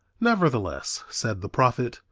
nevertheless, said the prophet,